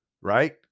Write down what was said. right